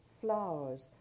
flowers